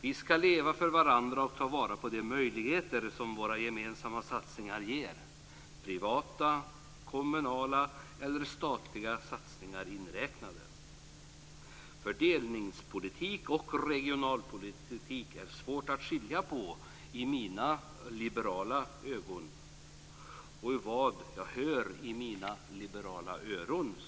Vi skall leva för varandra och ta vara på de möjligheter som våra gemensamma insatser ger - privata, kommunala eller statliga satsningar inräknade. Fördelningspolitik och regionalpolitik är det svårt att skilja på i mina liberala ögon och i vad jag hör i mina liberala öron.